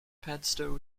padstow